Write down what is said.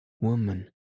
Woman